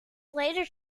later